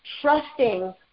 trusting